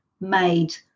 made